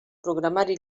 programari